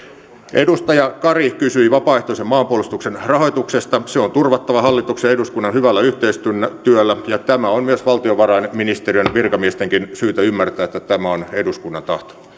edustaja kari kysyi vapaaehtoisen maanpuolustuksen rahoituksesta se on turvattava hallituksen ja eduskunnan hyvällä yhteistyöllä tämä on valtiovarainministeriön virkamiestenkin syytä ymmärtää että tämä on eduskunnan tahto